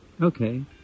Okay